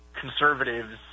conservatives